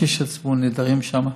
יש אישי ציבור נהדרים שם,